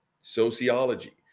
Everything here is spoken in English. sociology